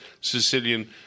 Sicilian